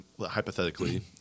hypothetically